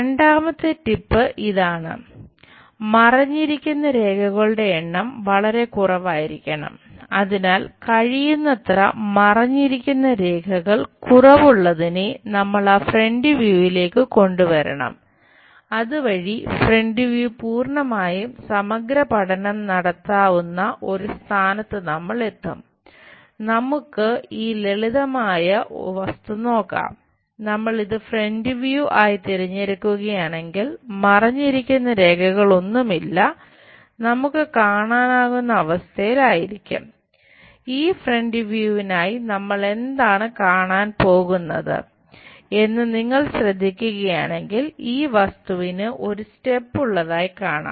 രണ്ടാമത്തെ ടിപ്പ് ഉള്ളതായി കാണാം